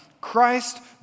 Christ